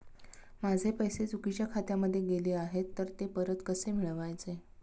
माझे पैसे चुकीच्या खात्यामध्ये गेले आहेत तर ते परत कसे मिळवायचे?